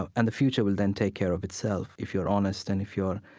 ah and the future will then take care of itself, if you're honest and if you're,